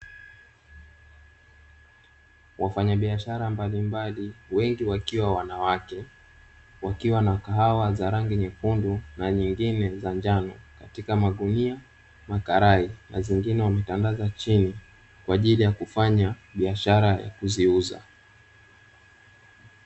Wafanyabiashara mbalimbali wengi wakiwa wanawake, wakiwa na kahawa za rangi nyekundu na nyingine za njano katika magunia makalai mazingira wametangaza chini kwa ajili ya kufanya biashara haikuziuza.